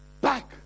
back